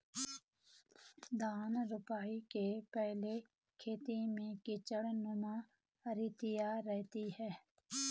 धान रोपने के पहले खेत में कीचड़नुमा स्थिति रहती है